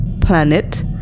planet